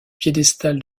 piédestal